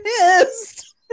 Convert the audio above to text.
pissed